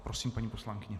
Prosím, paní poslankyně.